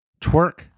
Twerk